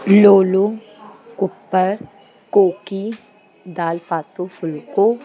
लोलो कुप्पर कोकी दालि पातो फुल्को